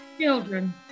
Children